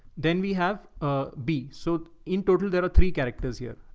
then we have a b. so in total, there are three characters here,